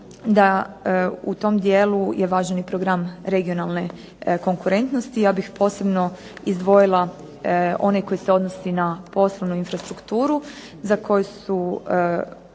da u tom dijelu je važan i program regionalne konkurentnosti. Ja bih posebno izdvojila onaj koji se odnosi na poslovnu infrastrukturu za koju su